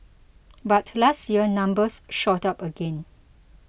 but last year numbers shot up again